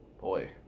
boy